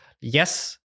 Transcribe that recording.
yes